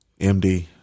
MD